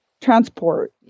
transport